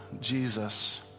Jesus